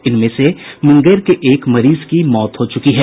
इनमें से मुंगेर के एक मरीज की मौत हो चुकी है